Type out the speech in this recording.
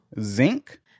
Zinc